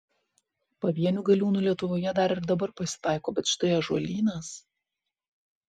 pavienių galiūnų lietuvoje dar ir dabar pasitaiko bet štai ąžuolynas